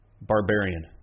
Barbarian